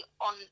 on